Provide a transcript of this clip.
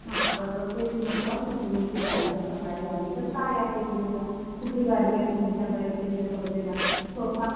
हां तर तेच म्हटलं की तुमची गाडी जर सकाळी आली तर काय आहे म्हणजेन कुठली गाडी आहे तुमच्याकडे जे जसं म्हणजे